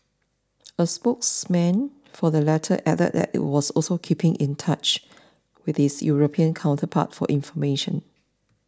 a spokesman for the latter added that it is also keeping in touch with its European counterpart for information